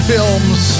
Films